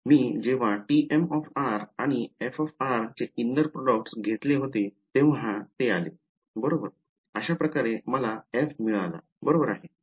मी जेव्हा tm आणि f चे inner product घेतले तेव्हा ते आले अशाप्रकारे मला f मिळाला बरोबर आहे